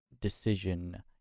decision